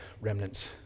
remnants